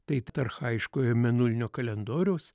tai archajiškojo mėnulinio kalendoriaus